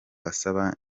asaba